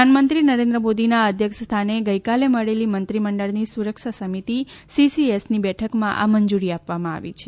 પ્રધાનમંત્રી નરેન્દ્ર મોદીના અધ્યક્ષસ્થાને ગઇકાલે મળેલી મંત્રીમંડળની સુરક્ષા સમિતિ સીસીએસની બેઠકમાં આ મંજૂરી આપવામાં આવી છે